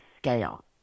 scale